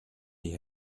die